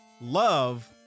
love